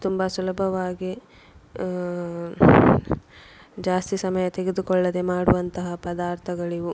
ತುಂಬ ಸುಲಭವಾಗಿ ಜಾಸ್ತಿ ಸಮಯ ತೆಗೆದುಕೊಳ್ಳದೆ ಮಾಡುವಂತಹ ಪದಾರ್ಥಗಳಿವು